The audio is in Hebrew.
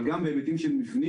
אבל גם בהיבטים של מבנים,